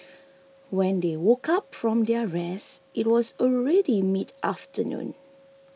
when they woke up from their rest it was already midafternoon